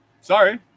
Sorry